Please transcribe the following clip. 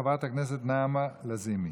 חברת הכנסת נעמה לזימי.